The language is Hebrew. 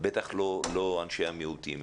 בטח לא אנשי המיעוטים.